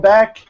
Back